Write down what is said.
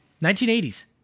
1980s